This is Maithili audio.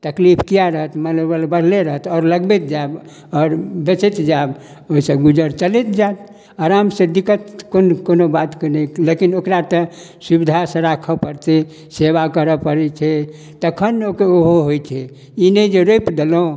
तकलीफ किएक रहत मनोबल बढ़ले रहत आओर लगबैत जाएब आओर बेचैत जाएब ओहिसँ गुजर चलैत जाएत आरामसँ दिक्कत कोनो कोनो बातके नहि लेकिन ओकरा तऽ सुविधासँ राखऽ पड़तै सेवा करऽ पड़ै छै तखन ओहो होइ छै ई नहि जे रोपि देलहुँ